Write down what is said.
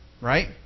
right